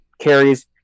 carries